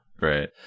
Right